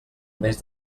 més